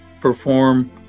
perform